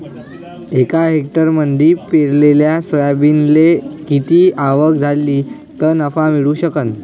एका हेक्टरमंदी पेरलेल्या सोयाबीनले किती आवक झाली तं नफा मिळू शकन?